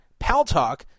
PalTalk